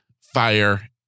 fire